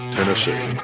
Tennessee